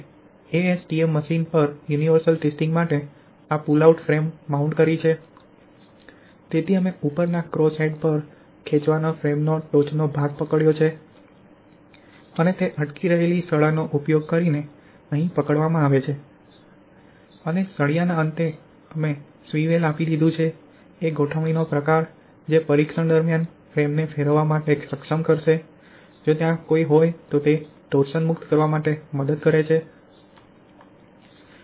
અમે MTS machine પર universal testing માટે આ પુલ આઉટ ફ્રેમ માઉન્ટ કરી છે તેથી અમે ઉપરના ક્રોસ હેડ પર ખેંચવાનો ફ્રેમનો ટોચનો ભાગ પકડ્યો છે અને તે અટકી રહેલી સળાનો ઉપયોગ કરીને અહીં પકડવામાં આવે છે અને સળિયાના અંતે અમે સ્વીવેલ આપી દીધું છે એ ગોઠવણીનો પ્રકાર જે પરીક્ષણ દરમિયાન ફ્રેમને ફેરવવા માટે સક્ષમ કરશે જો ત્યાં કોઈ હોય તે ટોરસન મુક્ત કરવા માટે મદદ કરે છે